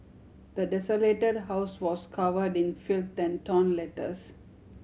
the desolated house was covered in filth torn letters